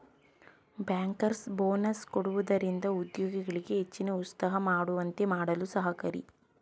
bankers bonus ಕೊಡುವುದರಿಂದ ಉದ್ಯೋಗಿಗಳಲ್ಲಿ ಹೆಚ್ಚಿನ ಉತ್ಸಾಹ ಮೂಡುವಂತೆ ಮಾಡಲು ಸಹಕಾರಿ